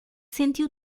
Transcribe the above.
sentiu